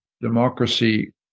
democracy